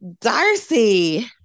Darcy